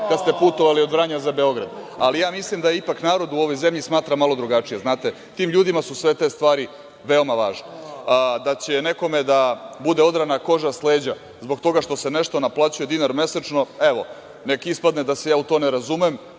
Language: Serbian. kada ste putovali od Vranja za Beograd, ali mislim da ipak narod u ovoj zemlji smatra malo drugačije. Tim ljudima su sve te stvari veoma važne. Da će nekome da bude odrana koža sa leđa, zbog toga što se nešto naplaćuje dinar mesečno, evo neka ispadne da se u to ne razumem.